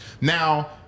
Now